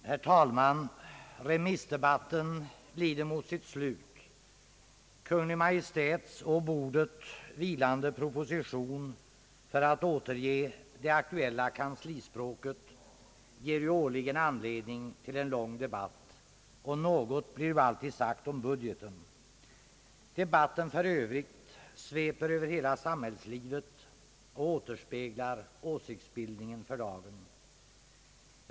Herr talman! Remissdebatten lider mot sitt slut. >»Kungl. Maj:ts å bordet vilande proposition», för att återge det aktuella kanslispråket, ger årligen anledning till en lång debatt, och något blir alltid sagt om budgeten. Debatten för övrigt sveper över hela samhällslivet och återspeglar åsiktsbildningen för dagen.